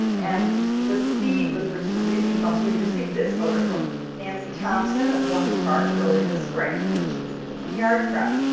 and the speed with which the season comes. we received this photo from nancy thompson of morgan park early this spring, when she was doing some yard prep.